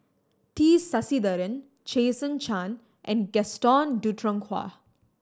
T Sasitharan Jason Chan and Gaston Dutronquoy